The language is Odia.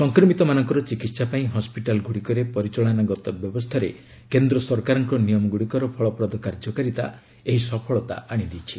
ସଂକ୍ରମିତମାନଙ୍କର ଚିକିତ୍ସା ପାଇଁ ହସ୍କିଟାଲ ଗୁଡ଼ିକରେ ପରିଚାଳନାଗତ ବ୍ୟବସ୍ଥାରେ କେନ୍ଦ୍ର ସରକାରଙ୍କ ନିୟମଗୁଡ଼ିକର ଫଳପ୍ରଦ କାର୍ଯ୍ୟକାରୀତା ଏହି ସଫଳତା ଆଣିଦେଇଛି